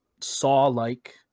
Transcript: saw-like